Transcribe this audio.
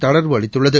தளர்வு அளித்துள்ளது